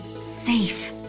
safe